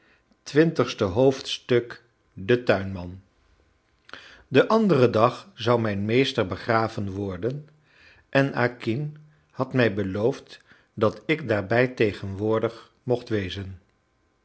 de tuinman den anderen dag zou mijn meester begraven worden en acquin had mij beloofd dat ik daarbij tegenwoordig mocht wezen